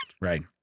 right